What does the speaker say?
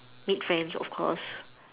meet friends of course